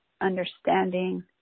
understanding